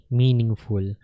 meaningful